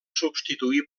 substituir